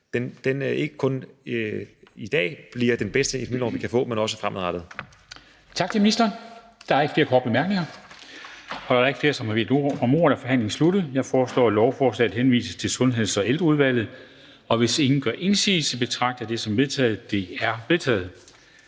lov ikke kun i dag bliver den bedste epidemilov, vi kan få, men også fremadrettet. Kl. 21:30 Formanden (Henrik Dam Kristensen): Tak til ministeren. Der er ikke flere korte bemærkninger. Da der ikke er flere, som har bedt om ordet, er forhandlingen sluttet. Jeg foreslår, at lovforslaget henvises til Sundheds- og Ældreudvalget. Og hvis ingen gør indsigelse, betragter jeg det som vedtaget. Det er vedtaget.